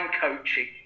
coaching